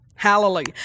Hallelujah